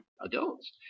adults